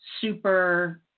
super